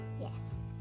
Yes